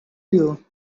you